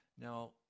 Now